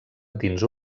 dins